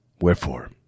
Wherefore